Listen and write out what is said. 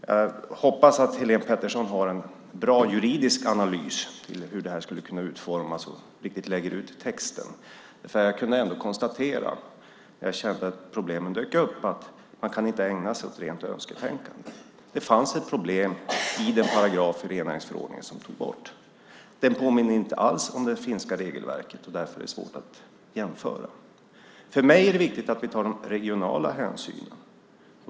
Jag hoppas att Helén Pettersson har en bra juridisk analys till hur det här ska kunna utformas och riktigt lägger ut texten. Jag kunde ändå konstatera när problemen dök upp att man inte kan ägna sig åt rent önsketänkande. Det fanns ett problem i den paragraf i rennäringsförordningen som togs bort. Den påminner inte alls om det finska regelverket. Därför är det svårt att jämföra. För mig är det viktigt att vi tar de regionala hänsynen.